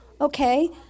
okay